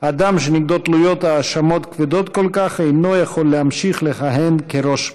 אדם שנגדו תלויות האשמות כבדות כל כך אינו יכול להמשיך לכהן כראש ממשלה.